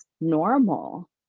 normal